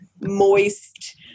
moist